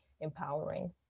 empowering